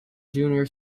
junior